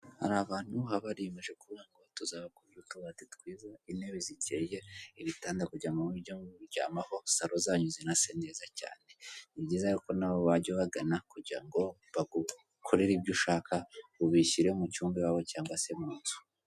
Hari abantu habariyeyemeje kubona ngo tuzabakuru utubati twiza intebe zikeye ibitanda kujya mu buryoryo bwo kuryamaho salo zanyu zinase neza cyane ni byiza kuko na wajya u ubagana kugira ngo bagukorere ibyo ushaka ubishyire mu cyumba iwabo cyangwa se mu nzu.